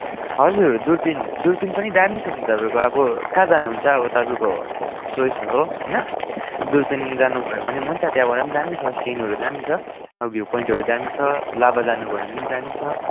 हजुर दुर्पिन दुर्पिन पनि दामी छ नी तपाईँको अब कहाँ जानुहुन्छ तपाईँको चोइस हो होइन दुर्पिन जानुभयो भने पनि हुन्छ त्यहाँबाट पनि दामी छ सिनहरू दामी छ अब भ्यु पोइन्टहरू पनि दामी छ लाभा जानुभयो भने पनि दामी छ